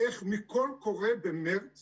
איך מקול קורא במרץ